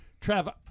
Trav